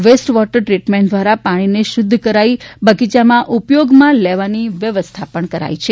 waste water treatment દ્વારા પાણીને શુદ્ધ કરાઇ બગીયામાં ઉપયોગમાં લેવાની વ્યવસ્થા કરાઇ છે